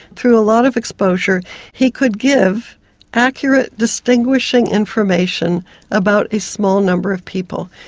through a lot of exposure he could give accurate distinguishing information about a small number of people.